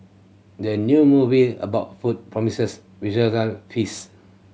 the new movie about food promises visual feast